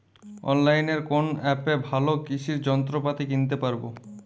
অনলাইনের কোন অ্যাপে ভালো কৃষির যন্ত্রপাতি কিনতে পারবো?